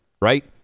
right